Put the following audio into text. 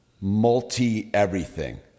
multi-everything